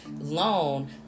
loan